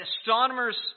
Astronomers